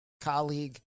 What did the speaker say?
colleague